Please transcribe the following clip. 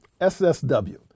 SSW